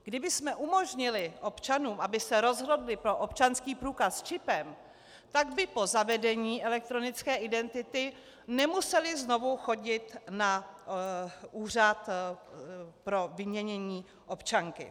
Kdybychom umožnili občanům, aby se rozhodli pro občanský průkaz s čipem, tak by po zavedení elektronické identity nemuseli znovu chodit na úřad pro vyměnění občanky.